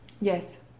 Yes